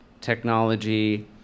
technology